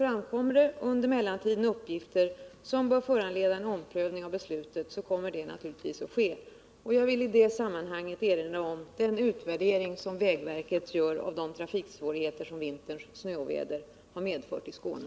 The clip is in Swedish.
Framkommer det under mellantiden uppgifter som bör föranleda en omprövning av beslutet kommer naturligtvis en sådan att ske. Jag vill i det sammanhanget erinra om den utvärdering som vägverket gör av de trafiksvårigheter som vinterns snöoväder har medfört i Skåne.